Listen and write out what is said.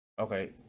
okay